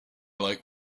like